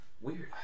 Weird